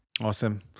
Awesome